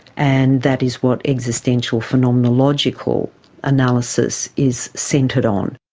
and that is what existential phenomenological analysis is centred on.